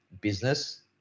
business